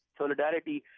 solidarity